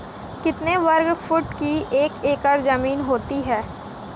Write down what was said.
कितने वर्ग फुट की एक एकड़ ज़मीन होती है?